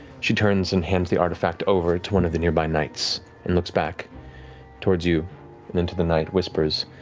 she turns and hands the artifact over to one of the nearby knights and looks back towards you and then to the knight, whispers.